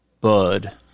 Bud